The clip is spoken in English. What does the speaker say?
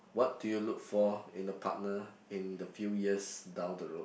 what do you look for in a partner in the few years down the road